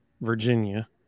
Virginia